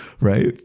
right